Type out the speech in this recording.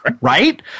right